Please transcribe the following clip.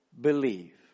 believe